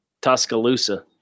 Tuscaloosa